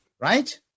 right